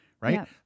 right